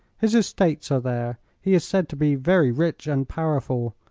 his estates are there. he is said to be very rich and powerful.